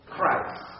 Christ